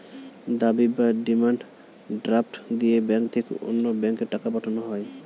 দাবি বা demand draft দিয়ে ব্যাংক থেকে অন্য ব্যাংকে টাকা পাঠানো হয়